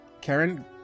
Karen